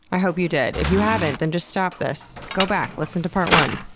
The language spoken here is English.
i hope you did. if you haven't, then just stop this. go back, listen to part one.